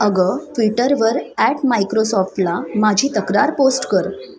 अगं ट्विटरवर ॲट मायक्रोसॉफ्टला माझी तक्रार पोस्ट कर